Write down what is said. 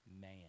Man